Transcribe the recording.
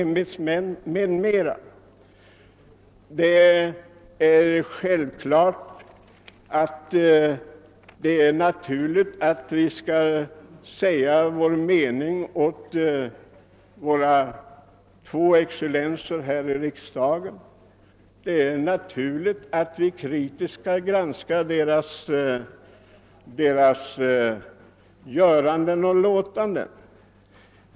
Vi betraktar det som självklart att vi skall säga vad vi menar till de två excellenser som uppträder här i riksdagen, och det är naturligt att vi kritiskt skall granska deras göranden och låtanden.